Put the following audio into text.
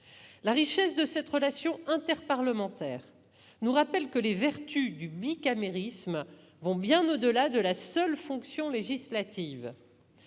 La richesse de cette relation interparlementaire nous rappelle que les vertus du bicamérisme vont bien au-delà de la seule fonction législative.